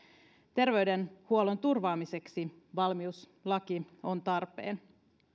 terveydenhuollon turvaamiseksi valmiuslaki on tarpeen